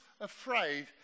afraid